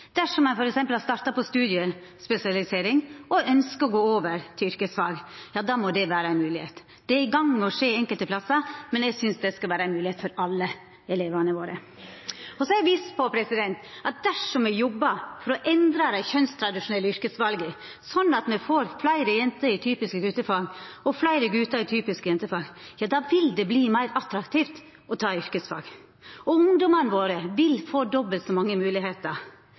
Dersom ein f.eks. har starta på studiespesialisering og ønskjer å gå over til yrkesfag, må det vera ei moglegheit. Det er i gang med å skje enkelte plassar, men eg synest det skal vera ei moglegheit for alle elevane våre. Så er eg viss på at dersom me jobbar for å endra dei kjønnstradisjonelle yrkesvala sånn at me får fleire jenter i typiske gutefag og fleire gutar i typiske jentefag, då vil det verta meir attraktivt å ta yrkesfag, og ungdomane våre vil få dobbelt så mange